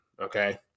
okay